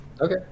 Okay